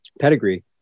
pedigree